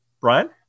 Brian